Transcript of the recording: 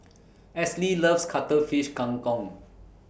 Esley loves Cuttlefish Kang Kong